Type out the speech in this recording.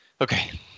Okay